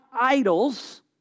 idols